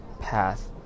path